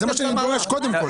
זה מה שאני דורש, קודם כל.